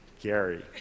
Gary